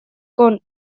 con